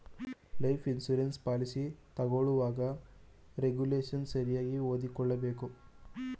life insurance policy ತಗೊಳ್ಳುವಾಗ regulation ಸರಿಯಾಗಿ ಓದಿಕೊಳ್ಳಬೇಕು